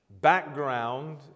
background